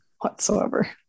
whatsoever